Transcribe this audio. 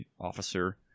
officer